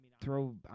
throw